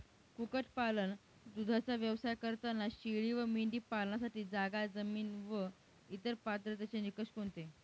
कुक्कुटपालन, दूधाचा व्यवसाय करताना शेळी व मेंढी पालनासाठी जागा, जमीन व इतर पात्रतेचे निकष कोणते?